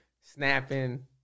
snapping